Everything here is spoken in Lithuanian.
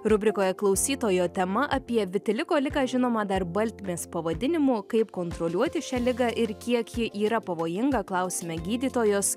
rubrikoje klausytojo tema apie vitiligo ligą žinomą dar baltmės pavadinimu kaip kontroliuoti šią ligą ir kiek ji yra pavojinga klausime gydytojos